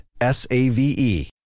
S-A-V-E